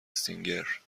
سینگر